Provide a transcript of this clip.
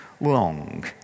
long